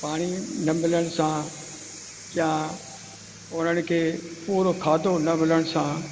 पाणी न मिलण सां या उन्हनि खे पूरो खाधो न मिलण सां